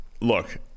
look